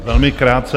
Velmi krátce.